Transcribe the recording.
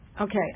Okay